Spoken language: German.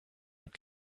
mit